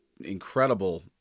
incredible